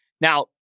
Now